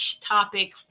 topic